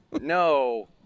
No